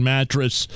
Mattress